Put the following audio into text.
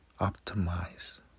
optimize